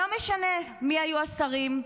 לא משנה מי היו השרים,